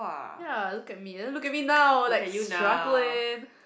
ya look at me then look at me now like struggling